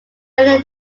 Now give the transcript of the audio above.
jeanne